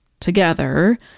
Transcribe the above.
together